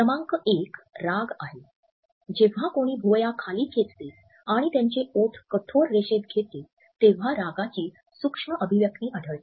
क्रमांक १ राग आहे जेव्हा कोणी भुवया खाली खेचते आणि त्यांचे ओठ कठोर रेषेत घेतो तेव्हा रागाची सूक्ष्म अभिव्यक्ति आढळते